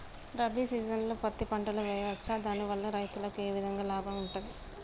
రబీ సీజన్లో పత్తి పంటలు వేయచ్చా దాని వల్ల రైతులకు ఏ విధంగా లాభం ఉంటది?